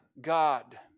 God